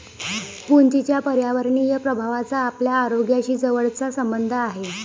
उंचीच्या पर्यावरणीय प्रभावाचा आपल्या आरोग्याशी जवळचा संबंध आहे